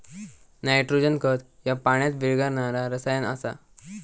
nitrogen खत ह्या पाण्यात विरघळणारा रसायन आसा